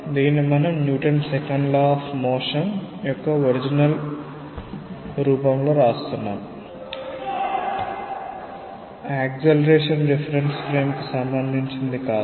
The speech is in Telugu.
దీనిని మనం Newton second law of motion యొక్క ఒరిజినల్ రూపంలో వ్రాస్తున్నాము యాక్సెలేరేషన్ రిఫరెన్స్ ఫ్రేమ్కు సంబంధించి కాదు